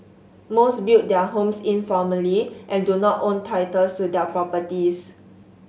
most built their homes informally and do not own titles to their properties